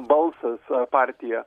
balsas partiją